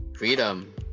Freedom